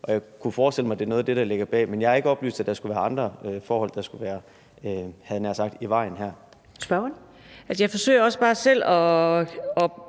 Og jeg kunne forestille mig, at det er noget af det, der ligger bag; men jeg er ikke oplyst om, at der skulle være andre forhold, der står, havde jeg nær sagt, i vejen her.